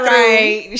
right